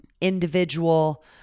individual